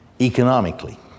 economically